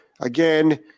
again